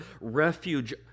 refuge